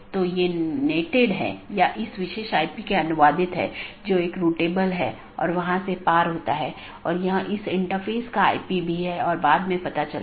एक ज्ञात अनिवार्य विशेषता एट्रिब्यूट है जोकि सभी BGP कार्यान्वयन द्वारा पहचाना जाना चाहिए और हर अपडेट संदेश के लिए समान होना चाहिए